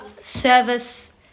service